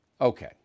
Okay